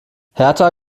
hertha